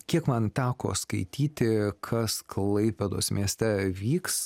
kiek man teko skaityti kas klaipėdos mieste vyks